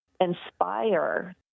inspire